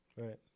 Right